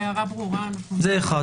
זה אחת.